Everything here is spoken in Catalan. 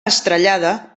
estrellada